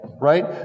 Right